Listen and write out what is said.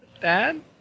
dad